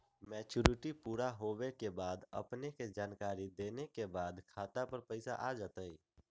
Maturity पुरा होवे के बाद अपने के जानकारी देने के बाद खाता पर पैसा आ जतई?